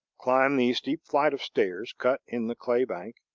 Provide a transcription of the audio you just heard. climb the steep flight of stairs cut in the clay bank,